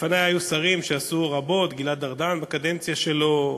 לפני היו שרים שעשו רבות: גלעד ארדן בקדנציה שלו,